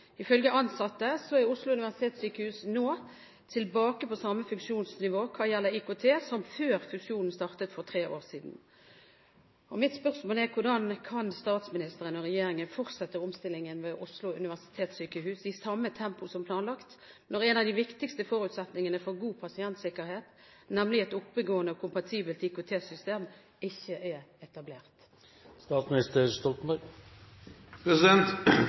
Ifølge ansatte er Oslo universitetssykehus nå tilbake på samme funksjonsnivå når det gjelder IKT, som det var før fusjonen startet for tre år siden. Mitt spørsmål er: Hvordan kan statsministeren og regjeringen fortsette omstillingen ved Oslo universitetssykehus i samme tempo som planlagt, når en av de viktigste forutsetningene for god pasientsikkerhet, nemlig et oppegående og kompatibelt IKT-system, ikke er etablert?